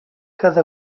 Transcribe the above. cada